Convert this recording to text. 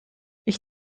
ich